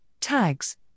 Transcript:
Tags